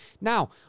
Now